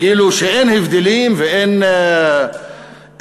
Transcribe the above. כאילו שאין הבדלים ואין אידיאולוגיות,